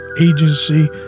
Agency